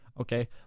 okay